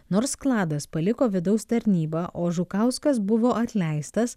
nors kladas paliko vidaus tarnybą o žukauskas buvo atleistas